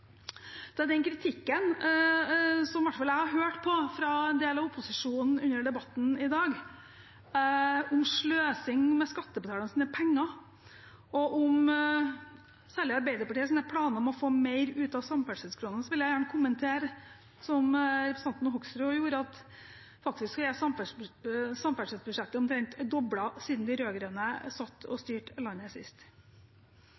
den kritikken som i hvert fall jeg har hørt fra en del av opposisjonen under debatten i dag, om sløsing med skattebetalernes penger, og om særlig Arbeiderpartiets planer om å få mer ut av samferdselskronene, vil jeg gjerne kommentere, som også representanten Hoksrud gjorde, at samferdselsbudsjettet faktisk er omtrent doblet siden de